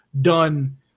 done